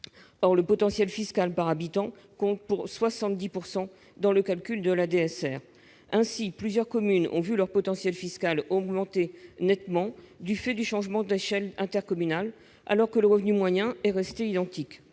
Le potentiel fiscal par habitant compte pour 70 % dans le calcul de la DSR et plusieurs communes ont vu leur potentiel fiscal augmenter nettement en raison du changement d'échelle intercommunale, alors que leur revenu moyen est resté identique.